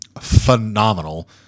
phenomenal